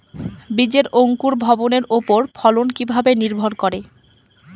বীজের অঙ্কুর ভবনের ওপর ফলন কিভাবে নির্ভর করে?